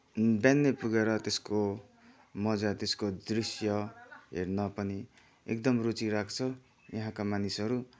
बिहानै पुगेर त्यसको मजा त्यसको दृश्य हेर्न पनि एकदम रुचि राख्छन् यहाँका मानिसहरू